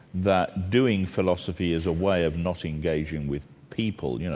that doing philosophy is a way of not engaging with people. you know